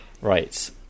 right